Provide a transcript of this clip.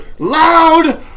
Loud